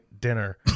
dinner